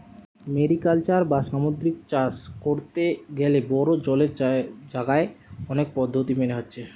mariculture বা সামুদ্রিক চাষ কোরতে গ্যালে বড়ো জলের জাগায় অনেক পদ্ধোতি মেনে হচ্ছে